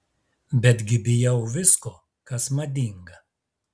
betgi bijau visko kas madinga